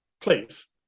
please